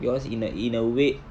yours in a in a way